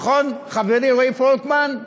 נכון, חברי רועי פולקמן?